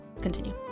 Continue